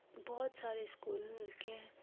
بہت سارے اسکول مل کے